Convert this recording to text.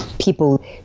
People